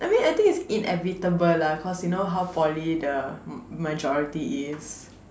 I mean I think it's inevitable lah cause you know how Poly the majority is